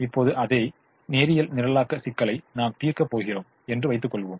இப்போது அதே நேரியல் நிரலாக்க சிக்கலை நாம் தீர்க்கப் போகிறோம் என்று வைத்துக் கொள்வோம்